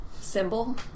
symbol